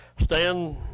stand